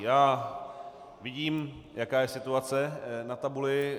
Já vidím, jaká je situace na tabuli.